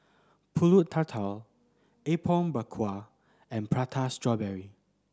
Pulut Tatal Apom Berkuah and Prata Strawberry